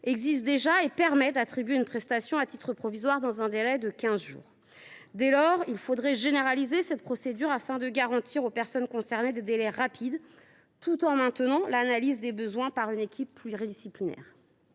existe déjà et permet d’attribuer une prestation à titre provisoire dans un délai de quinze jours. Dès lors, il faudrait la généraliser, afin de garantir aux personnes concernées des délais rapides, tout en maintenant l’analyse des besoins par une équipe pluridisciplinaire.